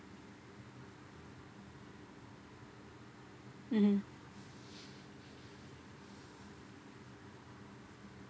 mmhmm